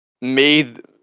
made